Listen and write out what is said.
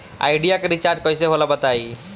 Idea के recharge कइसे होला बताई?